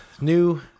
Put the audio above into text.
new